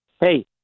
hey